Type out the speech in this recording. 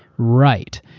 right.